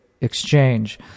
exchange